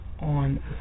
on